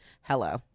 hello